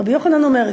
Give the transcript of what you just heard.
רבי יוחנן אומר,